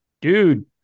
dude